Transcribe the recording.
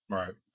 right